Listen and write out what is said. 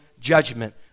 judgment